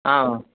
ಹಾಂ ಮ್ಯಾಮ್